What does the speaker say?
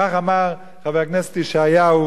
כך אמר חבר הכנסת ישעיהו